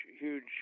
huge